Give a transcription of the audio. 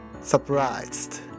surprised